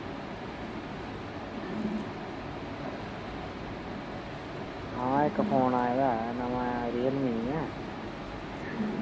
आं इक्क फोन आए दा ऐ नमां रियलमी ऐ